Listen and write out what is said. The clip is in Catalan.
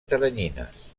teranyines